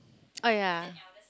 oh yeah